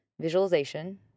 Visualization